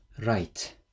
right